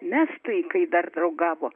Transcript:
mestų jį kai dar draugavo